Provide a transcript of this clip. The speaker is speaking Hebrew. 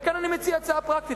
וכאן אני מציע הצעה פרקטית,